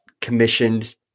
commissioned